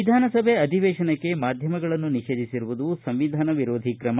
ವಿಧಾನಸಭೆ ಅಧಿವೇಶನಕ್ಕೆ ಮಾಧ್ಯಮಗಳನ್ನು ನಿಷೇಧಿಸಿರುವುದು ಸಂವಿಧಾನ ವಿರೋಧಿ ಕ್ರಮ